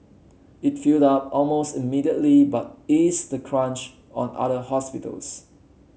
it filled up almost immediately but eased the crunch on other hospitals